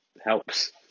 helps